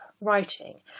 writing